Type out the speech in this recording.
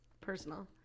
personal